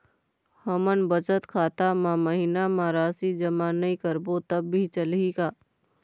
हमन बचत खाता मा महीना मा राशि जमा नई करबो तब भी चलही का?